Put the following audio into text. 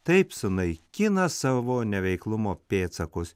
taip sunaikina savo neveiklumo pėdsakus